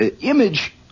Image